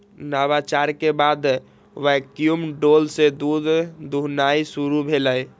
नवाचार के बाद वैक्यूम डोल से दूध दुहनाई शुरु भेलइ